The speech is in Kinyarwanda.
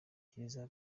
kiliziya